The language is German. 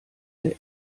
der